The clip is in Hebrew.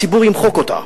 הציבור ימחק אותה,